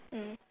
mm